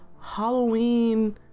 Halloween